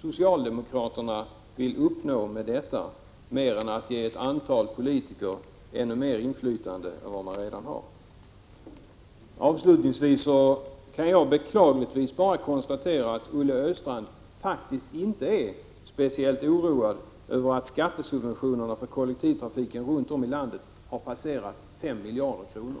socialdemokraterna vill uppnå med detta mer än att ge ett antal politiker ännu mer inflytande än vad de redan har? Avslutningsvis kan jag beklagligtvis bara konstatera att Olle Östrand faktiskt inte är speciellt oroad över att skattesubventionerna till kollektivtrafiken runt om i landet har passerat 5 miljarder kronor.